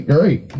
Great